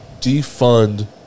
Defund